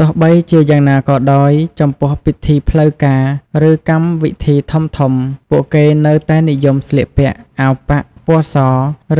ទោះបីជាយ៉ាងណាក៏ដោយ ចំពោះពិធីផ្លូវការ ឬកម្មវិធីធំៗ ពួកគេនៅតែនិយមស្លៀកពាក់ អាវប៉ាក់ ពណ៌ស